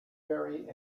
very